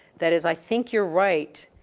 that is, i think you're right,